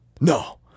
No